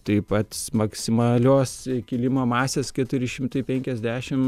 taip pat maksimalios kilimo masės keturi šimtai penkiasdešim